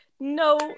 No